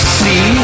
see